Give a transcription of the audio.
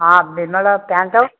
ହଁ ବିମଲ୍ ପ୍ୟାଣ୍ଟ୍